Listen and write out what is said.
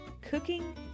cooking